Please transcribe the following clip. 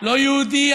לא יהודי,